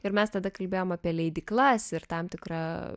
ir mes tada kalbėjome apie leidyklas ir tam tikra